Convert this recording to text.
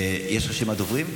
רשימת דוברים?